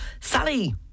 sally